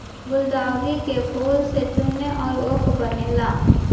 गुलदाउदी के फूल से चूर्ण अउरी अर्क बनेला